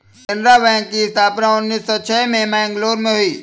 Canara bank की स्थापना उन्नीस सौ छह में मैंगलोर में हुई